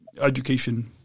education